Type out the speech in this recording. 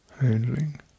handling